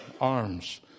arms